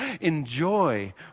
Enjoy